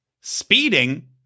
speeding